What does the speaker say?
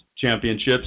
championships